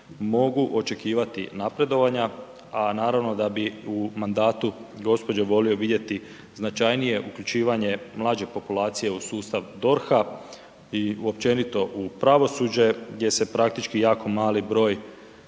mogu očekivati napredovanja a naravno da bi u mandatu gospođe volio vidjeti značajnije uključivanje mlađe populacije u sustav DORH-a i općenito u pravosuđe gdje se praktički jako malo broj